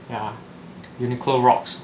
ya UNIQLO rocks